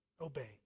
Obey